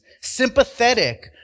sympathetic